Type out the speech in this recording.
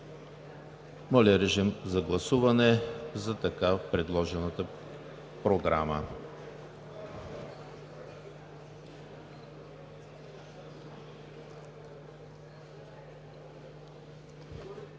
Моля, режим на гласуване за така предложената програма.